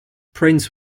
prince